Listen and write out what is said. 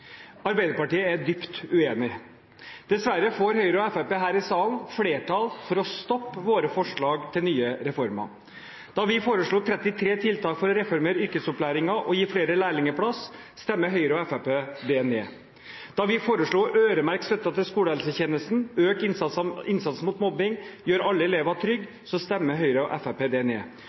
Arbeiderpartiet er dypt uenig. Dessverre får Høyre og Fremskrittspartiet her i salen flertall for å stoppe våre forslag til nye reformer. Da vi foreslo 33 tiltak for å reformere yrkesopplæringen og gi flere lærlingplass, stemte Høyre og Fremskrittspartiet det ned. Da vi foreslo å øremerke støtten til skolehelsetjenesten, øke innsatsen mot mobbing og gjøre alle elever trygge, stemte Høyre og Fremskrittspartiet det ned.